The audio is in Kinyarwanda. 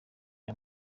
ayo